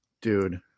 dude